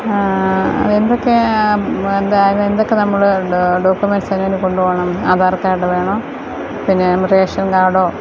എന്തൊക്കെയാ അത് എന്തൊക്കെ നമ്മൾ ഡോക്യൂമെൻസ് എങ്ങാനും കൊണ്ടുപോകണം ആധാർ കാഡ് വേണോ പിന്നെ റേഷൻ കാഡോ